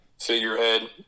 figurehead